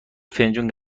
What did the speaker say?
فنجون